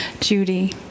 Judy